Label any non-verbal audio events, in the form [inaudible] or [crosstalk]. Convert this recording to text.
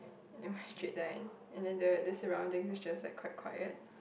and then one [breath] straight line and the the surrounding is just like quite quiet